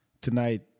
tonight